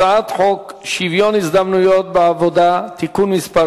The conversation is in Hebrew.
הצעת חוק שוויון ההזדמנויות בעבודה (תיקון מס'